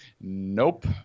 nope